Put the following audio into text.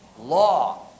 Law